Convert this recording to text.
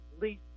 least